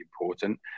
important